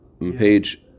page